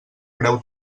preu